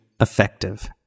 effective